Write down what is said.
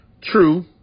True